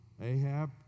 Ahab